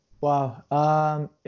wow